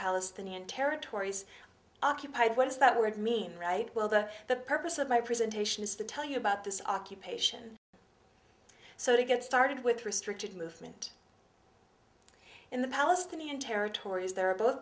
palestinian territories occupied what does that word mean right well the the purpose of my presentation is to tell you about this occupation so to get started with restricted movement in the palestinian territories there are both